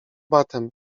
batem